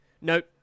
Nope